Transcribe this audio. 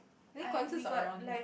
they consist around